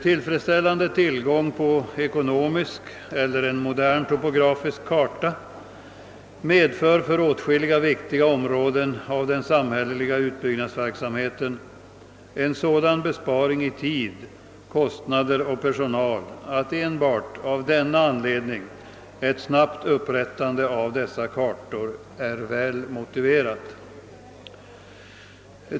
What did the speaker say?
Tillfredsställande tillgång på moderna ekonomiska eller topografiska kartor medför för åtskilliga viktiga områden av den samhälleliga utbyggnadsverksamheten en sådan besparing i tid, kostnader och personal att enbart av denna anledning ett snabbt upprättande av dessa kartor är väl motiverat.